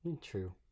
True